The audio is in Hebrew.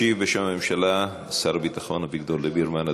ישיב בשם הממשלה שר הביטחון אביגדור ליברמן.